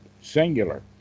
singular